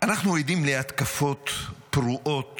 אנחנו עדים להתקפות פרועות